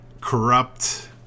Corrupt